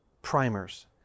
primers